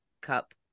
cup